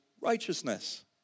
righteousness